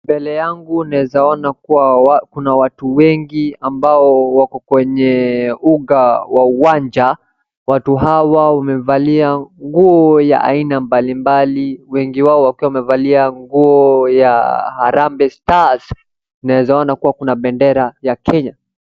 Mbele yangu naeza ona kuwa kuna watu wengi ambao wako kwenye uga wa uwanja, watu hawa wamevalia nguo ya aina mbalimbali, wengi wao wakiwa wamevalia nguo ya Harambe Stars, naeza ona kuwa kuna bendera ya Kenya.